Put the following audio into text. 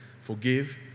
forgive